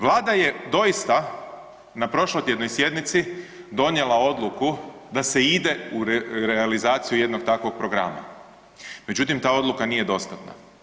Vlada je doista na prošlotjednoj sjednici donijela odluku da se ide u realizaciju jednog takvog programa, međutim ta odluka nije dostatna.